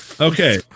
okay